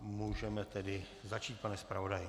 Můžeme tedy začít, pane zpravodaji.